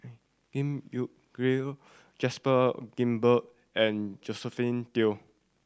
Giam Yean Gerald Joseph Grimberg and Josephine Teo